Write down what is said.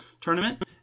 tournament